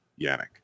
Yannick